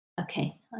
okay